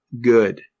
good